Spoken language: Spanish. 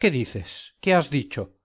qué dices qué has dicho